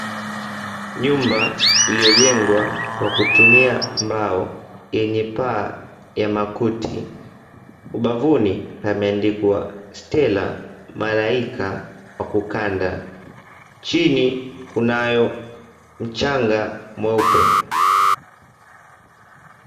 Nyumba iliojengwa kwa kutumia mbao yenye paa ya makuti. Ubavuni pameandikwa Stella malaika wa kukanda. Chini kunayo mchanga mweupe.